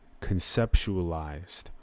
conceptualized